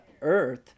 earth